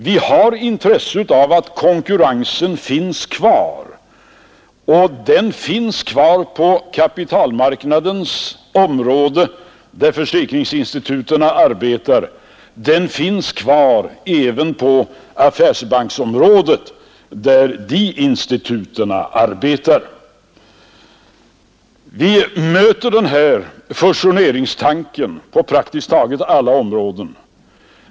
Vi har intresse av att konkurrensen finns kvar, och den finns kvar på kapitalmarknadens område där försäkringsinstituten arbetar. Den finns kvar även på affärsbanksområdet där de instituten arbetar. Vi möter fusioneringstanken på praktiskt taget alla områden.